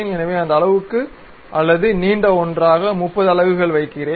எனவே இந்த அளவுக்கு அல்லது நீண்ட ஒன்றாக 30 அலகுகள் வைக்குறேன்